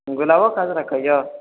गुलाबो खास रखै हियौ